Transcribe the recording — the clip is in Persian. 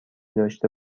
داشته